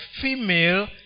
female